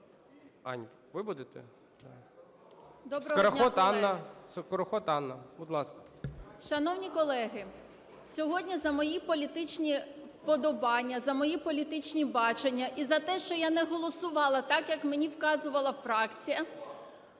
Анна, будь ласка. 12:54:44 СКОРОХОД А.К. Шановні колеги, сьогодні за мої політичні вподобання, за мої політичні бачення і за те, що я не голосувала так, як мені вказувала фракція,